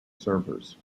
servers